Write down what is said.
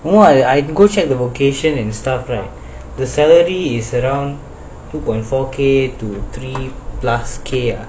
!wah! I go check the location and stuff right the salary is around two point four K to three plus K ah